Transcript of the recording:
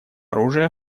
оружия